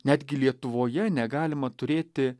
netgi lietuvoje negalima turėti